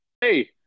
Hey